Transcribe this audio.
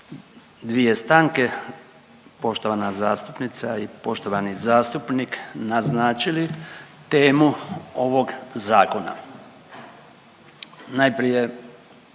dvije stanke poštovana zastupnica i poštovani zastupnik naznačili temu ovog zakona. Najprije